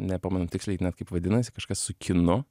nepamenu tiksliai kaip vadinasi kažkas su kinu